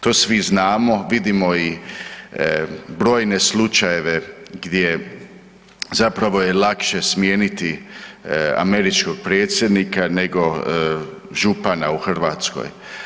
To svi znamo, vidimo i brojne slučajeve gdje je zapravo lakše smijeniti američkog predsjednika nego župana u Hrvatskoj.